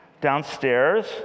downstairs